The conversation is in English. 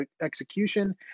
execution